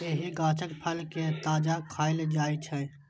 एहि गाछक फल कें ताजा खाएल जाइ छै